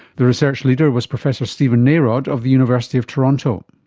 the research leader was professor steven narod of the university of toronto.